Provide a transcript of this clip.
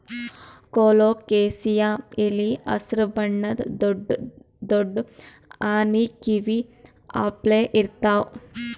colocasia ಎಲಿ ಹಸ್ರ್ ಬಣ್ಣದ್ ದೊಡ್ಡ್ ದೊಡ್ಡ್ ಆನಿ ಕಿವಿ ಅಪ್ಲೆ ಇರ್ತವ್